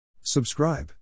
Subscribe